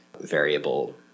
variable